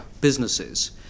businesses